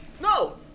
no